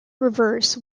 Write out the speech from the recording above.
reverse